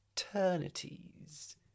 eternities